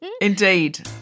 Indeed